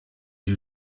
you